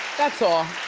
that's all.